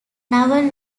novel